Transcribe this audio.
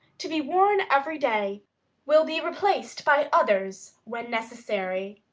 to be worn every day will be replaced by others when necessary.